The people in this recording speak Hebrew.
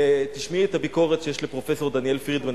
תשמעי את הביקורת שיש לפרופסור דניאל פרידמן,